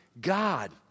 God